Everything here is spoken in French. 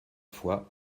fois